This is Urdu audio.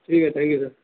ٹھیک ہے تھینک یو سر